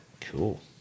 cool